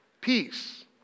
peace